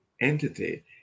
entity